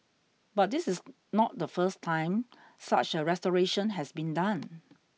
but this is not the first time such a restoration has been done